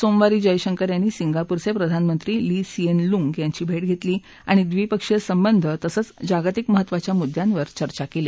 सोमवारी जयशंकर यांनी सिंगापूरच प्रधानमंत्री लि सीएन लुंग यांची भट्ट घत्तिली आणि ड्रीपक्षीय संबंध तसंच जागतिक महत्त्वांच्या मुद्द्यांवर चर्चा कली